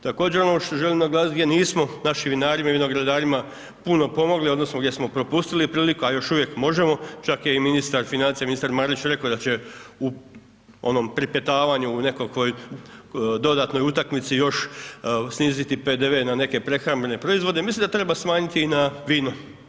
Također ono što želim naglasit gdje nismo našim vinarima i vinogradarima puno pomogli odnosno gdje smo propustili priliku, a još uvijek možemo, čak je i ministar financija, ministar Marić rekao da će u onom pripetavanju u nekakvoj dodatnoj utakmici još sniziti PDV na neke prehrambene proizvode, mislim da treba smanjiti i na vino.